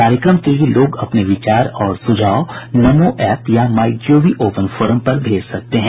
कार्यक्रम के लिए लोग अपने विचार और सुझाव नमो ऐप या माई जीओवी ओपन फोरम पर भेज सकते हैं